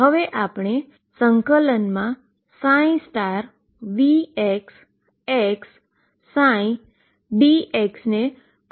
હવે આપણે ∫Vxxψd ને બ્રેકેટ માં મૂક્યું જે પ્રથમ ટર્મ છે